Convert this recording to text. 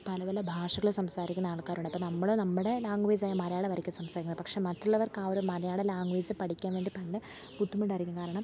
പല പല ഭാഷകൾ സംസാരിക്കുന്ന ആൾക്കാരുണ്ട് അപ്പം നമ്മൾ നമ്മുടെ ലാംഗ്വേജ് ആയ മലയാളം ആയിരിക്കും സംസാരിക്കുന്നത് പക്ഷേ മറ്റുള്ളവർക്ക് ആ ഒരു മലയാള ലാംഗ്വേജ് പഠിക്കാൻ വേണ്ടി തന്നെ ബുദ്ധിമുട്ടായിരിക്കും കാരണം